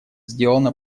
сделано